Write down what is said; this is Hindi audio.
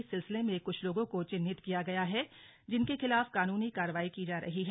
इस सिलसिले में कुछ लोगों को चिहिनत किया गया है जिनके खिलाफ कानूनी कार्रवाई की जा रही है